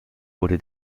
wurde